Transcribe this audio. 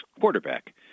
quarterback